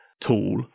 tool